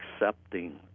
accepting